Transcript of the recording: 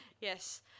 Yes